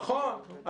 נכון.